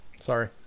Sorry